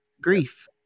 Grief